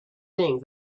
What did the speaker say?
things